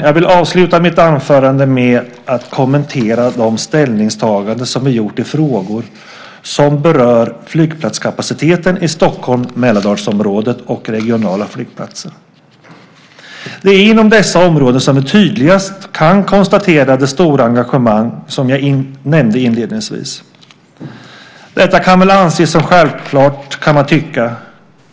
Jag vill avsluta mitt anförande med att kommentera de ställningstaganden som vi gjort i frågor som berör flygplatskapaciteten i Stockholm-Mälardalsområdet och regionala flygplatser. Det är inom dessa områden som vi tydligast kan konstatera det stora engagemang som jag nämnde inledningsvis. Detta kan väl anses som självklart, kan man tycka.